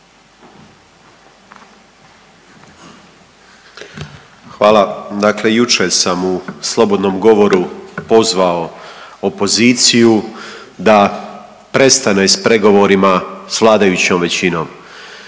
Hvala. Dakle, jučer sam u slobodnom govoru pozvao opoziciju da prestane s pregovorima s vladajućom većinom.